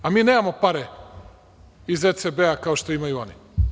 A mi nemamo pare iz OECD-a kao što imaju oni.